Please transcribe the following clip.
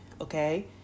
okay